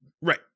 right